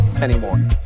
Anymore